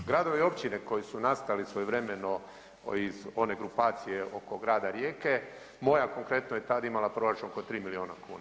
Gradovi i općine koje su nastali svojevremeno iz one grupacije oko Grada Rijeke, moja konkretno je tada imala proračun oko 3 milijuna kuna.